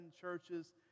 churches